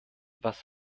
was